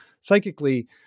psychically